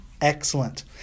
Excellent